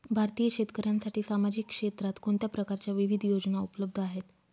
भारतीय शेतकऱ्यांसाठी सामाजिक क्षेत्रात कोणत्या प्रकारच्या विविध योजना उपलब्ध आहेत?